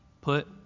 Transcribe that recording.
Put